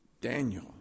Daniel